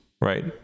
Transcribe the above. right